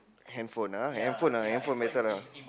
handphone ah handphone ah handphone better lah